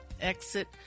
exit